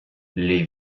les